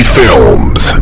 films